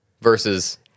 versus